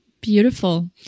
Beautiful